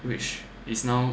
which is now